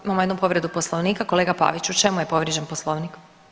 Imamo jednu povredu Poslovnika, kolega Pavić u čemu je povrijeđen Poslovnik?